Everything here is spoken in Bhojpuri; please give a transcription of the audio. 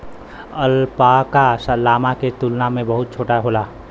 अल्पाका, लामा के तुलना में बहुत छोट होला